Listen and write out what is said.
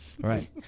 right